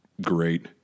great